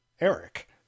Eric